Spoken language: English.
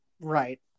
Right